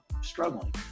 struggling